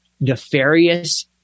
nefarious